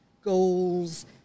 goals